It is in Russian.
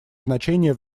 значение